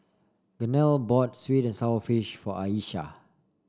Gaynell bought sweet and sour fish for Ayesha